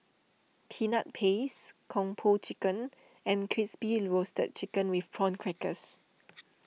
Peanut Paste Kung Po Chicken and Crispy Roasted Chicken with Prawn Crackers